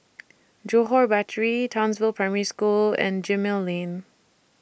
Johore Battery Townsville Primary School and Gemmill Lane